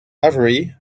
avery